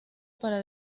para